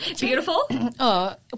Beautiful